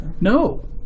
No